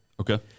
Okay